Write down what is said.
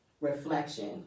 reflection